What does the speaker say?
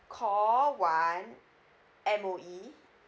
call one M_O_E